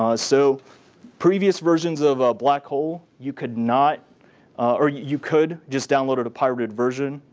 um so previous versions of ah blackhole, you could not or you could just download a pirated version.